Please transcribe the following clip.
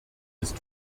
ist